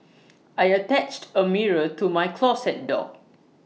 I attached A mirror to my closet door